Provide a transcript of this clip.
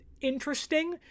interesting